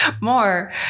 more